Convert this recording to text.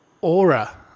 aura